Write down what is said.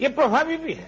ये प्रभावी भी हैं